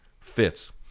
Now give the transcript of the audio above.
fits